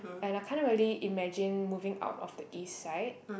and I can't really imagine moving out of the east side